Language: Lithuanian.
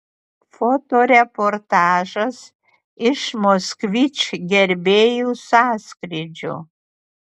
fotoreportažas iš moskvič gerbėjų sąskrydžio